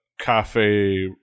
cafe